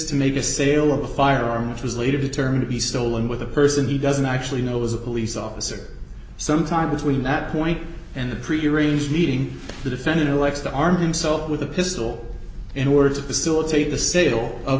to make a sale of a firearm which was later determined to be stolen with a person who doesn't actually know it was a police officer some time between that point and a prearranged meeting the defendant elects to arm himself with a pistol in order to facilitate the sale of